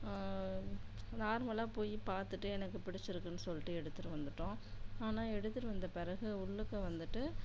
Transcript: நார்மலாக போய் பார்த்துட்டு எனக்கு பிடிச்சிருக்குன்னு சொல்லிட்டு எடுத்துட்டு வந்துட்டோம் ஆனால் எடுத்துட்டு வந்த பிறகு உள்ளுக்கு வந்துட்டு